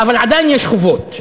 אבל עדיין יש חובות,